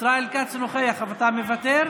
ישראל כץ נוכח, אבל אתה מוותר?